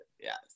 Yes